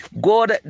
God